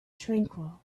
tranquil